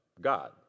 God